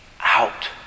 out